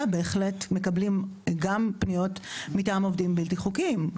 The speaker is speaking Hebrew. בהחלט מקבלים גם פניות מטעם עובדים בלתי חוקיים.